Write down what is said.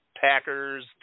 Packers